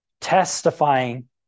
testifying